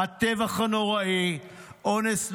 הטבח הנוראי, אונס נשים,